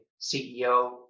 CEO